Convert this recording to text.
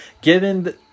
given